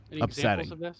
upsetting